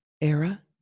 era